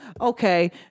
Okay